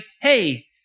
hey